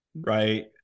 right